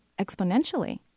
exponentially